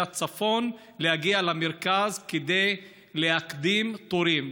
הצפון להגיע למרכז כדי להקדים תורים,